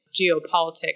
geopolitics